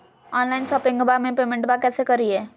Online शोपिंगबा में पेमेंटबा कैसे करिए?